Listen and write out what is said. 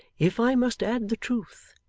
if i must add the truth,